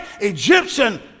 Egyptian